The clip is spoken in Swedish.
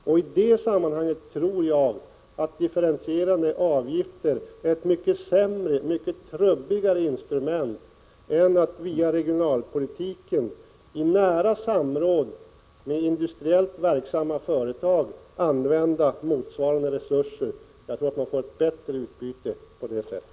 I det sammanhanget tror jag att differentierade avgifter är ett mycket sämre, ett mycket trubbigare, instrument än att via regionalpolitiken i nära samråd med industriellt verksamma företag använda motsvarande resurser. Jag tror att man får ett bättre utbyte på det sättet.